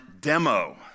demo